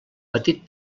petit